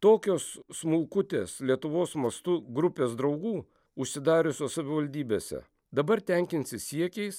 tokios smulkutės lietuvos mastu grupės draugų užsidariusios savivaldybėse dabar tenkinsis siekiais